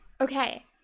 Okay